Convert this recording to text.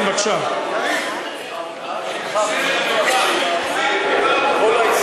אבל למה זה רק, כן, בבקשה.